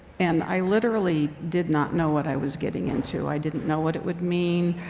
and i literally did not know what i was getting into. i didn't know what it would mean.